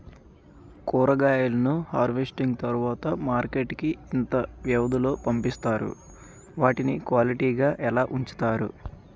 కూరగాయలను హార్వెస్టింగ్ తర్వాత మార్కెట్ కి ఇంత వ్యవది లొ పంపిస్తారు? వాటిని క్వాలిటీ గా ఎలా వుంచుతారు?